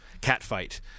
catfight